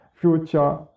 future